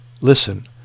listen